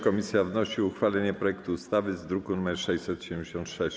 Komisja wnosi o uchwalenie projektu ustawy z druku nr 676.